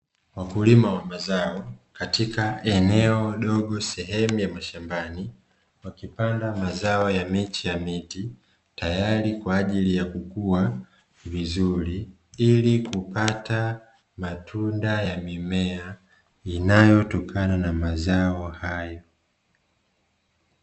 Wakulima wa mazao katika eneo dogo sehemu ya mashambani wakipanda mazao ya miche ya miti, tayari kwa ajili ya kukua vizuri ili kupata matunda ya mimea inayotokana na mazao haya.